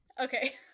Okay